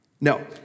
no